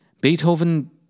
Beethoven